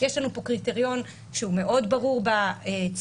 יש לנו פה קריטריון שהוא מאוד ברור בצו,